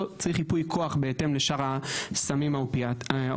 צריך ייפוי כוח בהתאם לשאר הסמים האופיאטים.